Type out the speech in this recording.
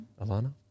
Alana